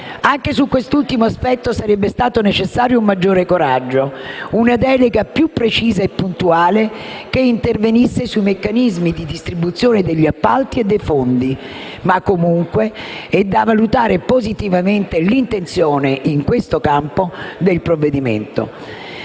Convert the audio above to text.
Anche su quest'ultimo aspetto sarebbe stato necessario un maggiore coraggio, una delega più precisa e puntuale che intervenisse sui meccanismi di distribuzione degli appalti e dei fondi, ma comunque è da valutare positivamente l'intenzione, in questo campo, del provvedimento.